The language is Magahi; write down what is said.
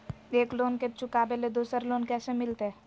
एक लोन के चुकाबे ले दोसर लोन कैसे मिलते?